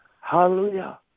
hallelujah